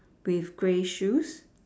with grey shoes